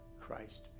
Christ